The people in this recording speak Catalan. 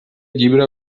llibre